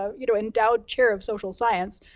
um you know, endowed chair of social science,